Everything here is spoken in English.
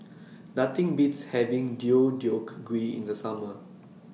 Nothing Beats having Deodeok Gui in The Summer